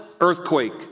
earthquake